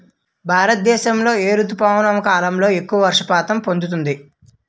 భారతదేశంలో ఏ రుతుపవన కాలం ఎక్కువ వర్షపాతం పొందుతుంది?